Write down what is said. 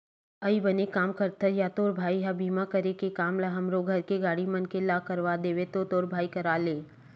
अई बने काम करथे या तोर भाई ह बीमा करे के काम ल हमरो घर के गाड़ी मन के ला करवा देबे तो तोर भाई करा ले